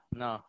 no